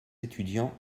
étudiants